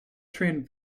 trained